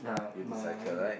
unicycle right